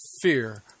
fear